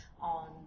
on